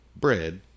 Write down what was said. bread